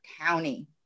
County